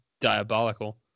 diabolical